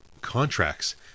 contracts